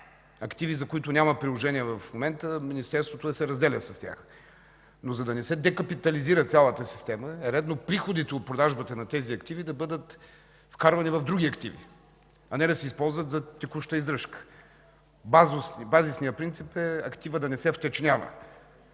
активи, за които няма приложение в момента, Министерството да се разделя с тях, но за да не се декапитализира цялата система, е редно приходите от продажбата на тези активи да бъдат вкарвани в други активи, а не да се използват за текуща издръжка. Базисният принцип е активът да не се втечнява